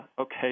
Okay